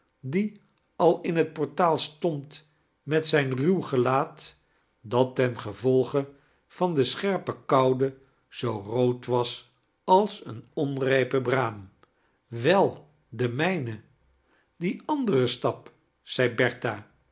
die al in het portaal stond met zijn ruw gelaat dat tengevolge van de sicherpe koude zoo rood was als een onrijpe braam wel de mijne die andere stap zei